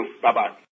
Bye-bye